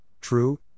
true